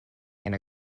and